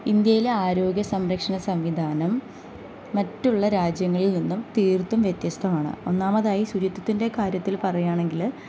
ഇന്ത്യയിലെ ആരോഗ്യ സംരക്ഷണ സംവിധാനം മറ്റുള്ള രാജ്യങ്ങളിൽനിന്നും തീർത്തും വ്യത്യസ്തമാണ് ഒന്നാമതായി സുരക്ഷിതത്വത്തിൻ്റെ കാര്യത്തിൽ പറയുകയാണെങ്കിൽ